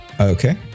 Okay